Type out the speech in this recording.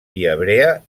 viabrea